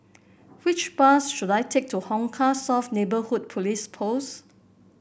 which bus should I take to Hong Kah South Neighbourhood Police Post